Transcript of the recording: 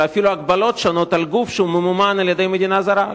אלא אפילו הגבלות שונות על גוף שממומן על-ידי מדינה זרה,